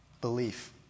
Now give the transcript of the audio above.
belief